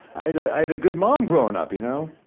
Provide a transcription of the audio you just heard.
i had ah i had a good mom growing up, you know?